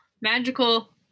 Magical